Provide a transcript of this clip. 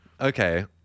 Okay